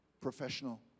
professional